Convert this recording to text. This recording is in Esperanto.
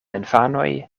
infanoj